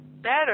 better